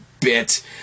bit